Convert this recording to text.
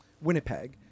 Winnipeg